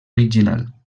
original